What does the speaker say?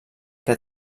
que